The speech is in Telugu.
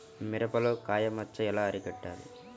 మిరపలో కాయ మచ్చ ఎలా అరికట్టాలి?